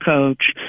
coach